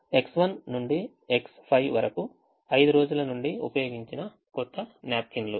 X1 నుండి X5 వరకు 5 రోజుల నుండి ఉపయోగించిన కొత్త న్యాప్కిన్లు